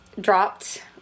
dropped